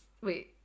wait